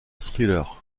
thriller